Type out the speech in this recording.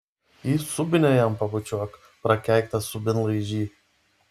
į subinę jam pabučiuok prakeiktas subinlaižy